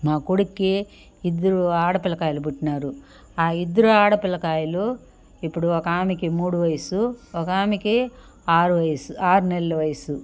నా కొడుక్కి ఇద్దరు ఆడపిల్ల కాయలు పుట్టినారు ఇద్దరు ఆడపిల్ల కాయలు ఇప్పుడు ఒక ఆమెకి మూడు వయసు ఒక ఆమెకి ఆరు వయసు ఆరు నెలలు వయసు